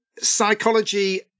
psychology